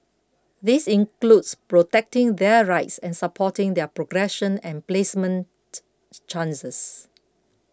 this includes protecting their rights and supporting their progression and placement chances